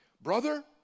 Brother